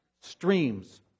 Streams